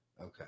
Okay